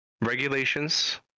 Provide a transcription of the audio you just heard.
regulations